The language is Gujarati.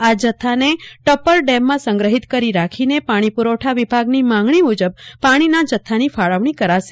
આ જથ્થાને ટપ્પરકેમમાં સંગ્રહિત કરી રાખીને પાણી પુરવઠા વિભાગની માંગણી મુજબ પાણીના જથ્થાની ફાળવણી કરાશે